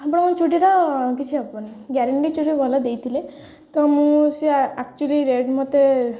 ଆପଣଙ୍କ ଚୁଡ଼ିର କିଛି ହେବନି ଗ୍ୟାରେଣ୍ଟି ଚୁଡ଼ି ଭଲ ଦେଇଥିଲେ ତ ମୁଁ ସେ ଆକ୍ଚୁଲି ରେଟ୍ ମତେ